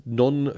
non